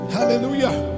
Hallelujah